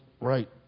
right